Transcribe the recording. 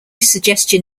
suggestion